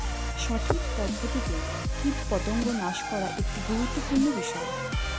সঠিক পদ্ধতিতে কীটপতঙ্গ নাশ করা একটি গুরুত্বপূর্ণ বিষয়